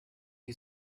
you